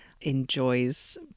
enjoys